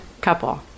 couple